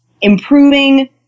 improving